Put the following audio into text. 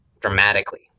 dramatically